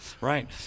right